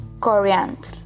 coriander